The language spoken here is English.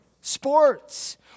Sports